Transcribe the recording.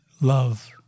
love